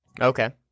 Okay